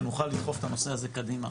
שנוכל לדחוף את הנושא הזה קדימה,